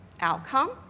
outcome